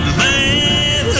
man